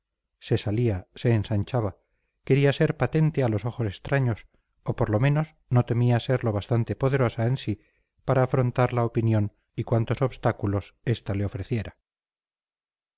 se salía se ensanchaba quería ser patente a los ojos extraños o por lo menos no temía ser lo bastante poderosa en sí para afrontar la opinión y cuantos obstáculos esta le ofreciera